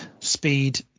Speed